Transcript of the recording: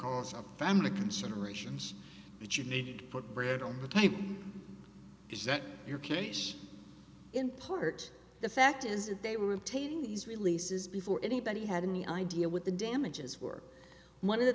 of family considerations that you need to put bread on the table is that your case in part the fact is that they were taking these releases before anybody had any idea what the damages were one of the